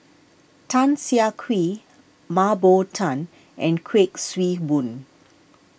Tan Siah Kwee Mah Bow Tan and Kuik Swee Boon